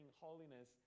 holiness